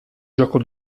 gioco